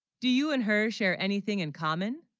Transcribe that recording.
do you, and her share anything in common